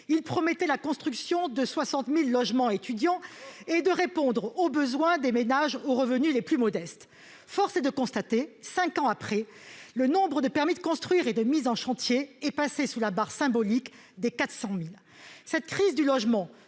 il promettait la construction de 60000 logements étudiants et de répondre aux besoins des ménages aux revenus les plus modestes, force est de constater, 5 ans après le nombre de permis de construire et de mises en chantier est passé sous la barre symbolique des 400000 cette crise du logement,